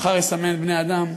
מחר יסמן בני-אדם.